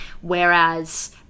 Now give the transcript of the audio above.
whereas